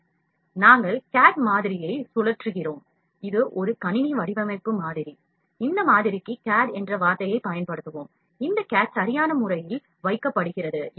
எனவே நாங்கள் CAD மாதிரியை சுழற்றுகிறோம் இது ஒரு கணினி வடிவமைப்பு மாதிரி இந்த மாதிரிக்கு கேட் என்ற வார்த்தையை பயன்படுத்துவோம் இந்த கேட் சரியான முறையில் வைக்கப்படுகிறது